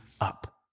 up